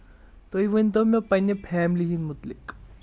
تُہۍ ؤنۍ تَو مےٚ پنٕنہِ فیملی ہٕنٛدۍ مُتلِق